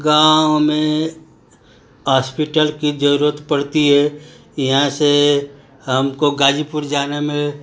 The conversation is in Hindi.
गाँव में आस्पिटल की जरूरत पड़ती है यहाँ से हमको गाजीपुर जाने में